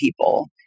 people